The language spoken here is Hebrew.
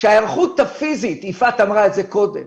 שההיערכות הפיזית, יפעת אמרה את זה קודם,